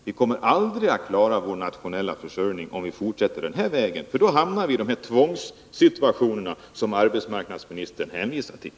Vi kommer aldrig att klara vår nationella försörjning om vi fortsätter den här vägen, för då hamnar vi i de tvångssituationer som arbetsmarknadsministern hänvisar till.